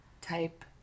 type